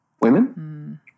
women